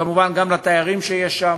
וכמובן גם לתיירים שיש שם,